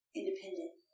independent